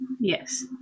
Yes